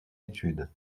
étude